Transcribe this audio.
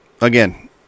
Again